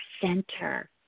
center